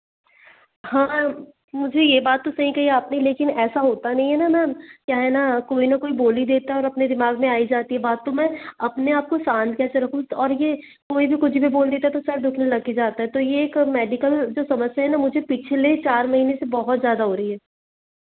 हाँ मुझे यह बात तो सही कही आपने लेकिन ऐसा होता नहीं है ना मैम क्या है ना कोई ना कोई बोल ही देता है और अपने दिमाग में आई जाती है बात तो मैं अपने आप को शांत कैसे रखूँ और यह कोई भी कुछ भी बोल देता है तो सर दुखने लग ही जाता है तो यह एक मेडिकल जो समस्या है ना मुझे पिछले चार महीने से बहुत ज़्यादा हो रही है